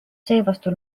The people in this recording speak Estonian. seevastu